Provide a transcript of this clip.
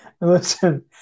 Listen